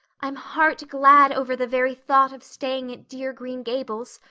i'm heart glad over the very thought of staying at dear green gables.